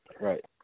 Right